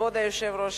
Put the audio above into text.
כבוד היושב-ראש,